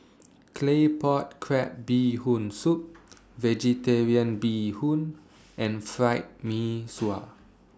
Claypot Crab Bee Hoon Soup Vegetarian Bee Hoon and Fried Mee Sua